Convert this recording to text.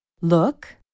Look